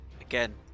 Again